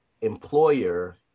employer